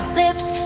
lips